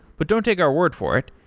but don't take our word for it,